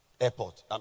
airport